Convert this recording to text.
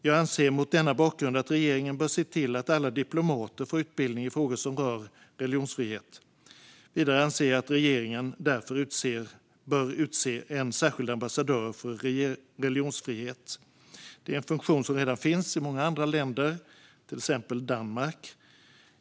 Jag anser mot denna bakgrund att regeringen bör se till att alla diplomater får utbildning i frågor som rör religionsfrihet. Vidare anser jag att regeringen bör utse en särskild ambassadör för religionsfrihet. Det är en funktion som redan finns i många andra länder, till exempel Danmark.